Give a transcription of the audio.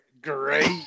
great